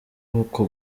uko